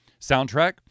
soundtrack